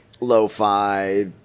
lo-fi